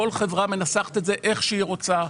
כל חברה מנסחת את זה איך שהיא רוצה.